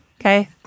Okay